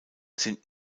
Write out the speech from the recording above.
sind